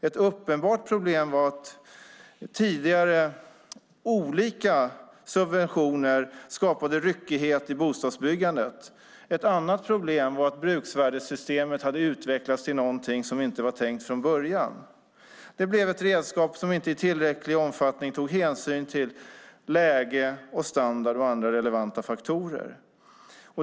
Ett uppenbart problem tidigare var att ändrade subventioner skapade ryckighet i bostadsbyggandet. Ett annat problem var att bruksvärdessystemet hade utvecklats till något som inte var tänkt från början. Det blev ett redskap som inte i tillräcklig omfattning tog hänsyn till läge, standard och andra relevanta faktorer.